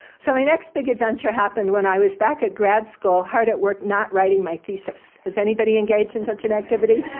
so my next big adventure happened when i was back at grad school, hard at work not writing my thesis. has anybody engaged in such an activity?